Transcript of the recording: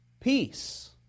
peace